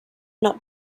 not